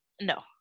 no